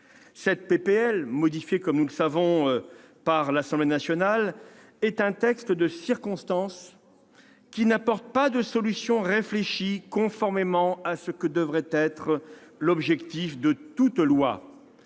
de loi, modifiée, comme nous le savons, par l'Assemblée nationale, est un texte de circonstance, qui n'apporte pas de solutions réfléchies, conformément à ce que devrait être l'objectif de toute loi.